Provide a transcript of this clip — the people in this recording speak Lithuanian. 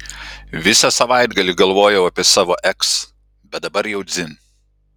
visą savaitgalį galvojau apie savo eks bet dabar jau dzin